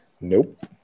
Nope